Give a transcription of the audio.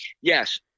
yes